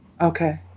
Okay